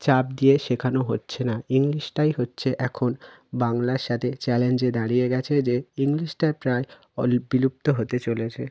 চাপ দিয়ে শেখানো হচ্ছে না ইংলিশটাই হচ্ছে এখন বাংলার সাথে চ্যালেঞ্জে দাঁড়িয়ে গেছে যে ইংলিশটা প্রায় বিলুপ্ত হতে চলেছে